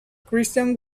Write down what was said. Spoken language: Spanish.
christian